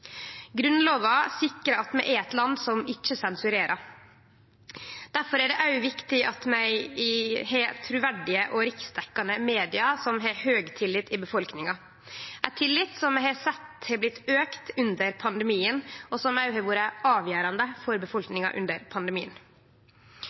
land som ikkje sensurerer. Difor er det òg viktig at vi har truverdige og riksdekkjande media som har høg tillit i befolkninga – ein tillit som vi har sett har auka under pandemien, og som òg har vore avgjerande for